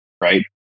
right